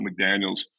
McDaniels